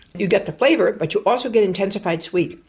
you get the flavour but you also get intensified sweet,